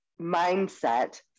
mindset